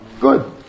Good